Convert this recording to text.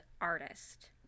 artist